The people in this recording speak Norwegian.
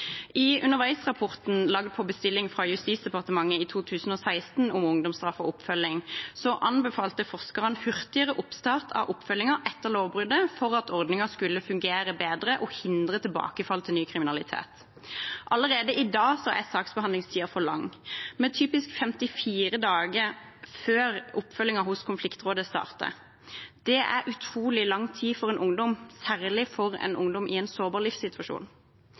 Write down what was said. I underveisrapporten om ungdomsstraff og ungdomsoppfølging laget på bestilling fra Justisdepartementet i 2016 anbefalte forskerne hurtigere oppstart av oppfølgingen etter lovbruddet for at ordningen skulle fungere bedre og hindre tilbakefall til ny kriminalitet. Allerede i dag er saksbehandlingstiden for lang, med typisk 54 dager før oppfølgingen hos konfliktrådet starter. Det er utrolig lang tid for en ungdom, særlig for en ungdom i en sårbar livssituasjon.